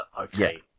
okay